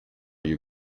you